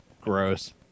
Gross